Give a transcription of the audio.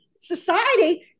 Society